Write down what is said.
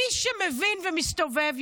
מי שמבין ומסתובב,